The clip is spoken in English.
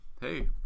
hey